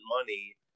money